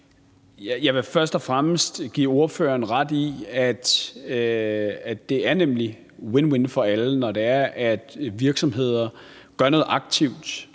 Jeg vil først og fremmest give ordføreren ret i, at det nemlig er win-win for alle, når virksomheder gør noget aktivt